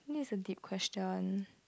this is a deep question